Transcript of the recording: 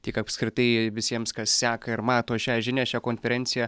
tiek apskritai visiems kas seka ir mato šią žinią šią konferenciją